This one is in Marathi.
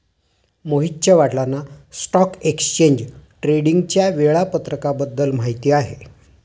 मोहितच्या वडिलांना स्टॉक एक्सचेंज ट्रेडिंगच्या वेळापत्रकाबद्दल माहिती आहे